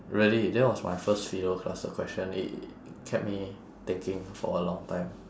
really that was my first philo class uh question it kept me thinking for a long time